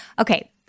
okay